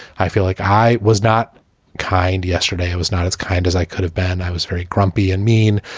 i feel like i was not kind. yesterday, i was not as kind as i could've been. i was very grumpy and mean,